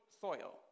soil